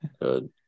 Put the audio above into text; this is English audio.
Good